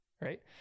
right